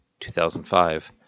2005